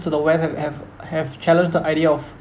to the west have have have challenged the idea of